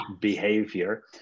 behavior